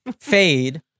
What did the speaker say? Fade